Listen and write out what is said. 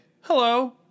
hello